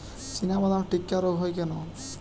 চিনাবাদাম টিক্কা রোগ হয় কেন?